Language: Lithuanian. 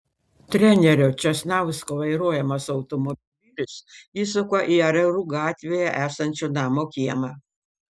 trenerio česnausko vairuojamas automobilis įsuka į ajerų gatvėje esančio namo kiemą